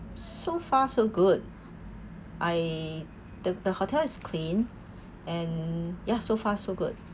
so far so good I the the hotel is clean and ya so far so good